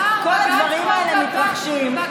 בג"ץ כבר קבע שזה לא חוקי.